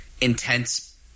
intense